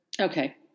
Okay